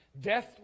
death